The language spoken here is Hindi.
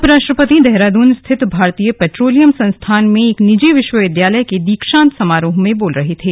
उपराष्ट्रपति देहरादून स्थित भारतीय पेट्रोलियम संस्थान में एक निजी विश्वविद्यालय के दीक्षांत समारोह में बोल रहे थे